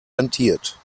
rentiert